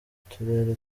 turere